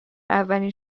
اولین